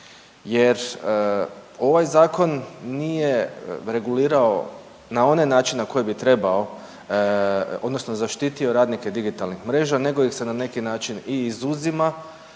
jer ovaj zakon nije regulirao na onaj način na koji bi trebao odnosno zaštitio radnike digitalnih mreža nego ih se na neki način i izuzima